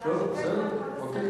טוב, אוקיי.